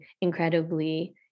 incredibly